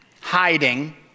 hiding